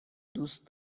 دوست